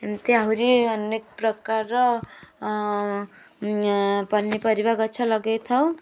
ଏମିତି ଆହୁରି ଅନେକ ପ୍ରକାରର ପନିପରିବା ଗଛ ଲଗାଇ ଥାଉ